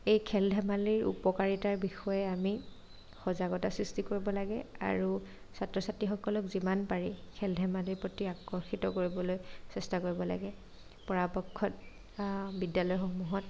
সেই খেল ধেমালিৰ উপকাৰিতাৰ বিষয়ে আমি সজাগতা সৃষ্টি কৰিব লাগে আৰু ছাত্ৰ ছাত্ৰীসকলক যিমান পাৰি খেল ধেমালিৰ প্ৰতি আকৰ্শিত কৰিবলৈ চেষ্টা কৰিব লাগে পৰাপক্ষত বিদ্যালয়সমূহত